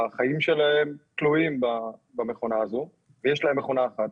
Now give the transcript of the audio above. החיים שלהם תלויים במכונה הזו ויש להם מכונה אחת.